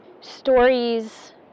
stories